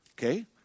okay